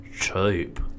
Cheap